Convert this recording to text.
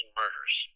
murders